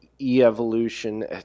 e-evolution